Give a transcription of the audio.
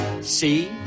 see